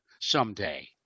someday